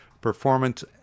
performance